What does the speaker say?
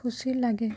ଖୁସି ଲାଗେ